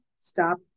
stop